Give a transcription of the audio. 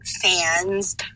fans